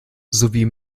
sowie